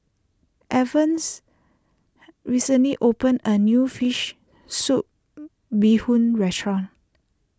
Evans recently opened a new Fish Soup Bee Hoon restaurant